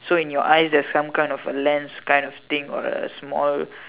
so in your eyes there's some kind of a lens kind of thing or a small